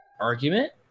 argument